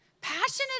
Passionate